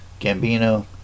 Gambino